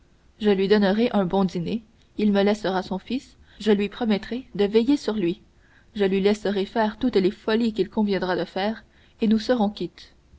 je lui donnerai un bon dîner il me laissera son fils je lui promettrai de veiller sur lui je lui laisserai faire toutes les folies qu'il lui conviendra de faire et nous serons quittes